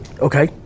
Okay